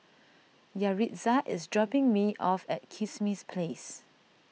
Yaritza is dropping me off at Kismis Place